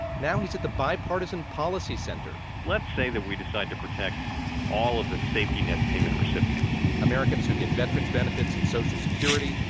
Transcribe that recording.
now he's at the bipartisan policy center let's say that we decide to protect all of the safety-net payment recipients americans who get veterans' benefits and social security,